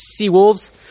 Seawolves